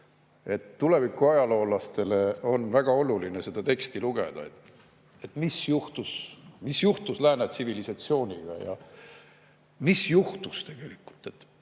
Tuleviku ajaloolastele on väga oluline seda teksti lugeda – mis juhtus lääne tsivilisatsiooniga, mis juhtus tegelikult.